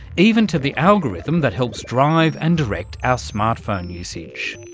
even to the algorithm that helps drive and direct our smart phone usage.